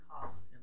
cost